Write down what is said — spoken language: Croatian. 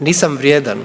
Nisam vrijedan,